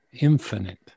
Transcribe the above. infinite